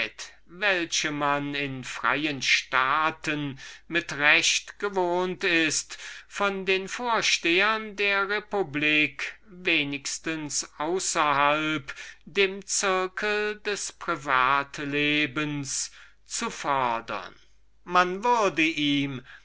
welche man in freien staaten mit recht gewohnt ist von den vorstehern der republik wenigstens außerhalb dem zirkel des privatlebens zu fodern man würde ihm